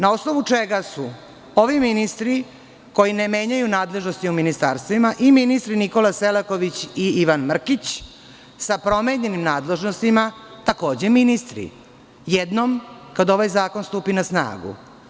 Na osnovu čega su ovi ministri, koji ne menjaju nadležnosti u ministarstvima, i ministri Nikola Selaković i Ivan Mrkić sa promenjenim nadležnostima takođe ministri jednom kad ovaj zakon stupi na snagu?